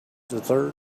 dessert